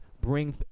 bring